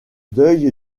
deuil